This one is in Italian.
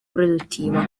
produttivo